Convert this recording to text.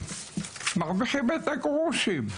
מרוויחים את הגרושים.